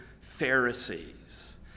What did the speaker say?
Pharisees